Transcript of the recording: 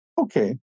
okay